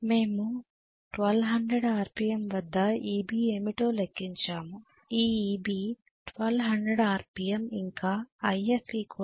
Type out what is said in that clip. మేము 1200 ఆర్పిఎమ్ వద్ద Eb ఏమిటో లెక్కించాముఈ Eb 1200 ఆర్పిఎమ్ ఇంకా If 2